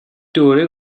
دوره